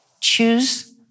choose